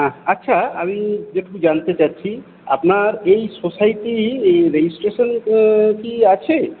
আচ্ছা আমি একটু জানতে চাইছি আপনার এই সোসাইটি এই রেজিস্ট্রেশন কি আছে